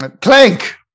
clank